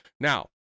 Now